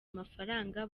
amafaranga